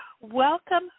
welcome